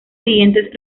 siguientes